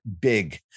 big